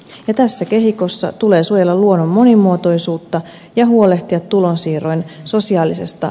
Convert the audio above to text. ja tässä kehikossa tulee suojella luonnon monimuotoisuutta ja huolehtia tulonsiirroin sosiaalisesta